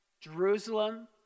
Jerusalem